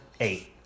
eight